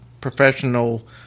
professional